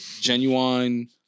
Genuine